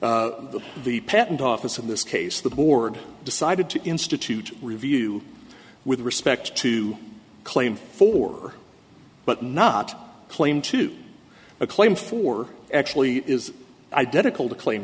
of the patent office in this case the board decided to institute review with respect to claim for but not claim to a claim for actually is identical to claim